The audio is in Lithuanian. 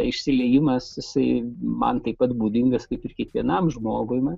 išsiliejimas jisai man taip pat būdingas kaip ir kiekvienam žmogui